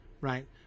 right